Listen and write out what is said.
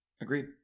Agreed